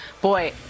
boy